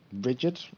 rigid